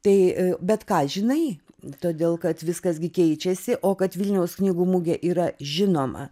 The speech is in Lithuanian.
tai bet ką žinai todėl kad viskas gi keičiasi o kad vilniaus knygų mugė yra žinoma